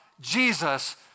Jesus